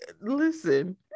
Listen